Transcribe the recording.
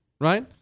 right